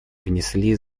внесли